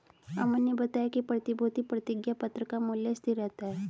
अमन ने बताया कि प्रतिभूति प्रतिज्ञापत्र का मूल्य स्थिर रहता है